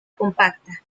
compacta